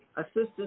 assistance